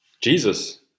Jesus